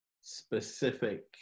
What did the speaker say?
specific